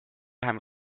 vähem